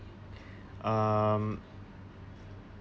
um